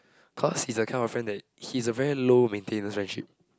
cause he's a kind of friend that he's a very low maintenance friendship